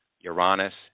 Uranus